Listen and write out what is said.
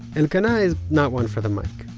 elkana is not one for the mic.